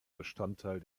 bestandteil